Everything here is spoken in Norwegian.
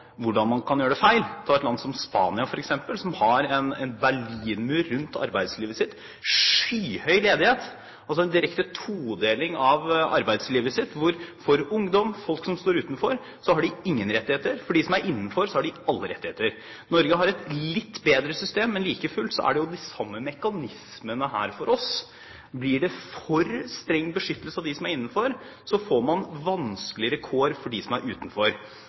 hvordan man kan gjøre det feil. Ta et land som Spania, f.eks., som har en berlinmur rundt arbeidslivet sitt. Det er skyhøy ledighet og en direkte todeling av arbeidslivet: Ungdom og folk som står utenfor, har ingen rettigheter, de som er innenfor, har alle rettigheter. Norge har et litt bedre system. Men like fullt er det de samme mekanismene her for oss. Blir det for streng beskyttelse av dem som er innenfor, blir det vanskeligere kår for dem som er utenfor.